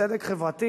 צדק חברתי,